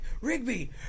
Rigby